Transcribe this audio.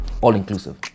all-inclusive